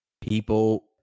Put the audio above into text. People